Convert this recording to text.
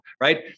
right